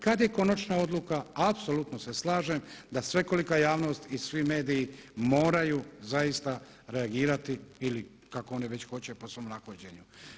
Kada je konačna odluka apsolutno se slažem da svekolika javnost i svi mediji moraju reagirati ili kako oni već hoće po svom nahođenju.